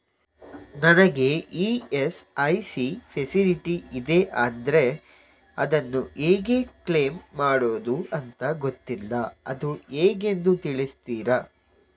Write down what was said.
ನನಗೆ ESIC facility ಇದೆ ಆದ್ರೆ ಅದನ್ನು ಹೇಗೆ ಕ್ಲೇಮ್ ಮಾಡೋದು ಅಂತ ಗೊತ್ತಿಲ್ಲ ಅದು ಹೇಗೆಂದು ತಿಳಿಸ್ತೀರಾ?